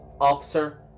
officer